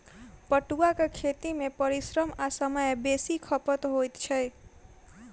पटुआक खेती मे परिश्रम आ समय बेसी खपत होइत छै